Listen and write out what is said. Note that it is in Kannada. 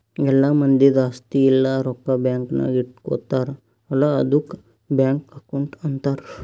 ಎಲ್ಲಾ ಮಂದಿದ್ ಆಸ್ತಿ ಇಲ್ಲ ರೊಕ್ಕಾ ಬ್ಯಾಂಕ್ ನಾಗ್ ಇಟ್ಗೋತಾರ್ ಅಲ್ಲಾ ಆದುಕ್ ಬ್ಯಾಂಕ್ ಅಕೌಂಟ್ ಅಂತಾರ್